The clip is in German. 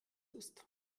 ist